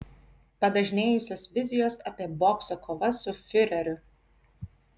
padažnėjusios vizijos apie bokso kovas su fiureriu